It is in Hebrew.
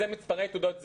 אלה מספרי תעודות זהות.